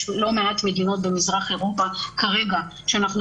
יש לא מעט מדינות במזרח אירופה כרגע שאנחנו